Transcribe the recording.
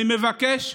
אני מבקש,